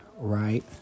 right